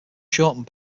shortened